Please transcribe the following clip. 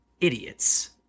idiots